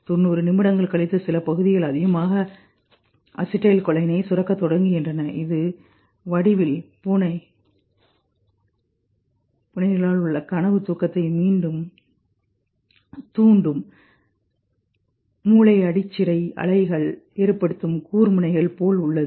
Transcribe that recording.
90 நிமிடங்கள் கழித்து சில பகுதிகள் அதிகமாக அசிடைலை கோலைனை சுரக்கத் தொடங்குகின்றன இது வடிவில்பூனைகளளில் உள்ள கனவு தூக்கத்தைத் தூண்டும் மூளையடிச்சிரை அலைகள் ஏற்படுத்தும் கூர்முனைகள் போல் உள்ளது